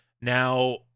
Now